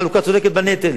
חלוקה צודקת בנטל,